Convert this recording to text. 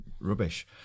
Rubbish